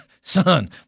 son